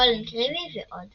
קולין קריווי ועוד.